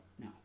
no